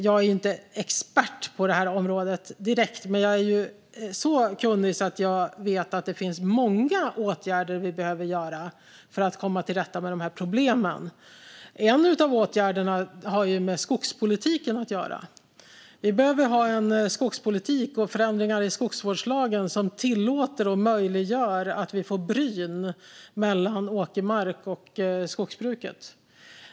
Jag är inte direkt expert på detta område, men jag är så kunnig att jag vet att det finns många åtgärder som behövs för att komma till rätta med problemen. En av åtgärderna har med skogspolitiken att göra. Vi behöver ha en skolpolitik och förändringar i skogsvårdslagen som tillåter och möjliggör att vi får bryn mellan åkermark och skogsbruket.